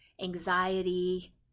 anxiety